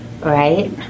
right